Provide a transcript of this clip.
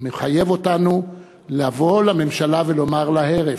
מחייב אותנו לבוא לממשלה ולומר לה: הרף.